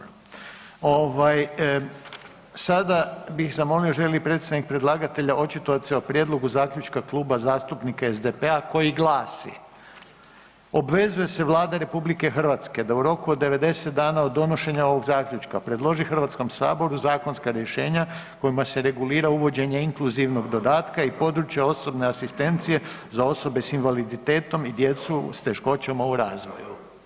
Ovaj sada bih zamolio želi li predstavnik predlagatelja očitovat se o Prijedlogu zaključka Kluba zastupnika SDP-a koji glasi: „Obvezuje se Vlada RH da u roku od 90 dana od donošenja ovog zaključka predloži HS zakonska rješenja kojima se regulira uvođenje inkluzivnog dodatka i područja osobne asistencije za osobe s invaliditetom i djecu s teškoćama u razvoju.